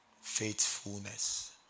Faithfulness